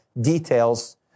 details